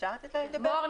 כן.